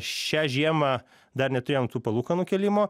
šią žiemą dar neturėjom tų palūkanų kėlimo